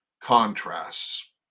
Contrasts